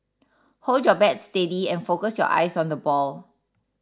hold your bat steady and focus your eyes on the ball